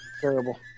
Terrible